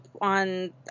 on